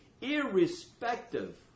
irrespective